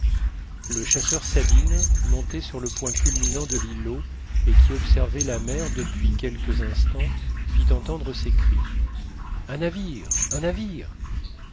le chasseur sabine monté sur le point culminant de l'îlot et qui observait la mer depuis quelques instants fit entendre ces cris un navire un navire